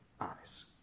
eyes